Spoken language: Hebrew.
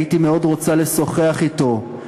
הייתי מאוד רוצה לשוחח אתו.